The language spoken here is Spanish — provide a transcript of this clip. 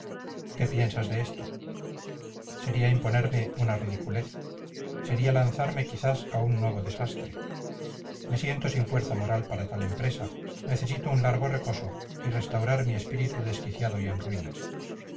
qué piensas de esto sería imponerme una ridiculez sería lanzarme quizás a un nuevo desastre me siento sin fuerza moral para tal empresa necesito un largo reposo y restaurar mi espíritu desquiciado y en ruinas